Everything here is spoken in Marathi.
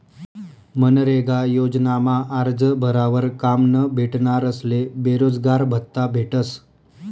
मनरेगा योजनामा आरजं भरावर काम न भेटनारस्ले बेरोजगारभत्त्ता भेटस